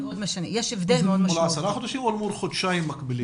זה מול 10 חודשים או מול חודשיים מקבילים.